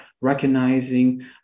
recognizing